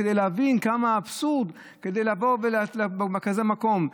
כדי להבין כמה אבסורד זה לעשות בכזה מקום.